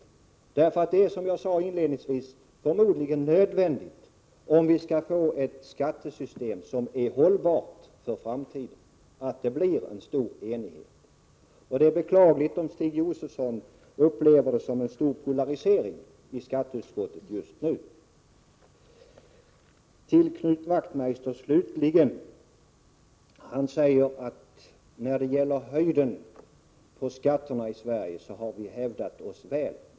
Det är, som jag sade inledningsvis, förmodligen nödvändigt att det blir en stor enighet, om vi skall få ett skattesystem som är hållbart för framtiden. Det är beklagligt om Stig Josefson upplever en polarisering i skatteutskottet just nu. Knut Wachtmeister, slutligen, säger att vi i Sverige har hävdat oss väl när det gäller höjden på skatterna.